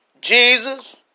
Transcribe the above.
Jesus